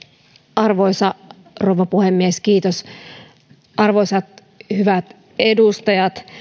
arvoisa rouva puhemies arvoisat hyvät edustajat